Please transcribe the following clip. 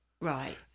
Right